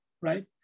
right